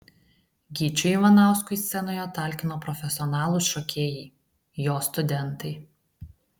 gyčiui ivanauskui scenoje talkino profesionalūs šokėjai jo studentai